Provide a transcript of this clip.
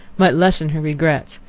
might lessen her regrets,